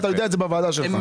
אתה יודע את זה בוועדה שלך.